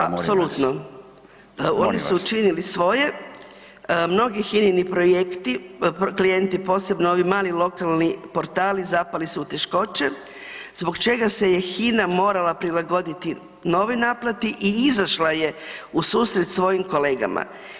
Apsolutno [[Upadica: Molim vas]] Oni su učinili svoje, mnogi hinini projekti, klijenti, posebno ovi mali lokalni portali zapali su u teškoće zbog čega se je Hina morala prilagoditi novoj naplati i izašla je ususret svojim kolegama.